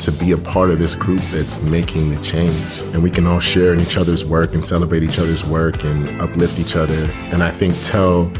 to be a part of this group that's making the change and we can all share in each other's work and celebrate each other's work and uplift each other. and i think so.